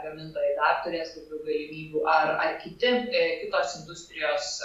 gamintojai dar turės galimybių ar ar kiti ė kitos industrijos